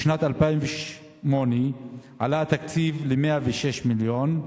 בשנת 2008 עלה התקציב ל-106 מיליון,